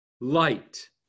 light